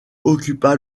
occupa